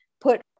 put